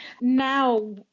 Now